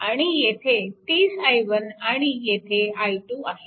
आणि येथे 30 i1 आणि येथे i2 आहे